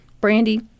Brandy